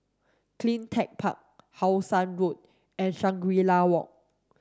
CleanTech Park How Sun Road and Shangri La Walk